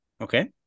Okay